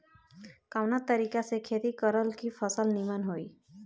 कवना तरीका से खेती करल की फसल नीमन होई?